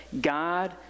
God